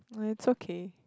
no it's okay